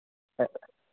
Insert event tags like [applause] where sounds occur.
[unintelligible]